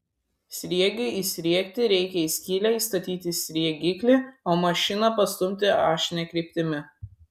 sriegiui įsriegti reikia į skylę įstatyti sriegiklį o mašiną pastumti ašine kryptimi